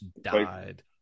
died